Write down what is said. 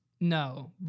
No